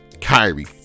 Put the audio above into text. Kyrie